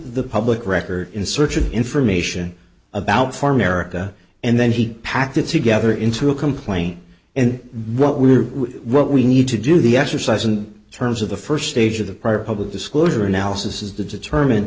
the public record in search of information about farm erica and then he packed it together into a complaint and what we are what we need to do the exercise in terms of the first stage of the prior public disclosure analysis is to determine